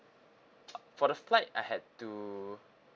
uh for the flight I had to